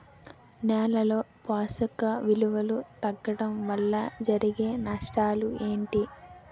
నేలలో పోషక విలువలు తగ్గడం వల్ల జరిగే నష్టాలేంటి?